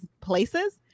places